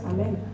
Amen